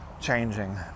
changing